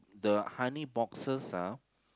the honey boxes ah